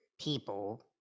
people